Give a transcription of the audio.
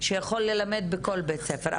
שיכול ללמד בכל בית ספר.